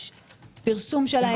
יש פרסום שלהן.